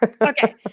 Okay